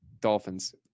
Dolphins